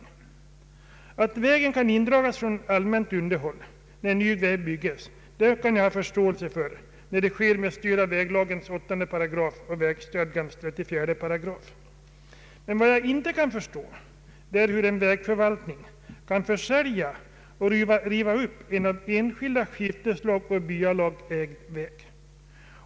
Jag förstår att vägen kan indragas från allmänt underhåll när ny väg bygges och det sker med stöd av 8 8 väglagen och 34 § vägstadgan. Men vad jag inte kan förstå är hur en vägförvaltning kan försälja och riva upp en av enskilda skifteslag och byalag ägd väg.